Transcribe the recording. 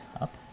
up